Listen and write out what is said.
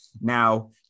Now